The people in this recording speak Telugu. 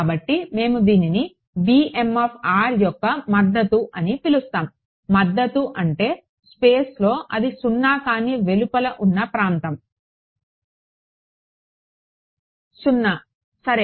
కాబట్టి మేము దీనిని bm యొక్క మద్దతు అని పిలుస్తాము మద్దతు అంటే స్పేస్లో అది సున్నా కాని వెలుపల ఉన్న ప్రాంతం 0 సరే